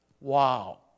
Wow